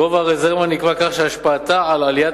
גובה הרזרבה נקבע כך שהשפעתה על עליית